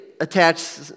attach